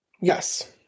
Yes